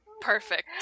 Perfect